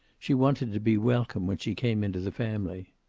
she wanted to be welcome when she came into the family.